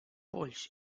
polls